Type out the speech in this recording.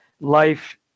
life